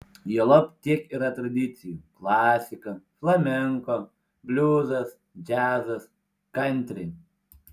juolab tiek yra tradicijų klasika flamenko bliuzas džiazas kantri